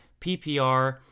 PPR